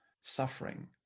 suffering